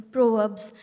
Proverbs